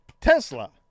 Tesla